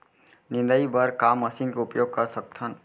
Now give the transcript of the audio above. निंदाई बर का मशीन के उपयोग कर सकथन?